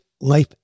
life